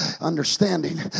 understanding